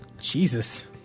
Jesus